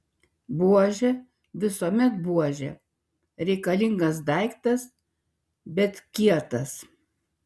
buožė visuomet buožė reikalingas daiktas bet kietas